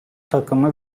takımı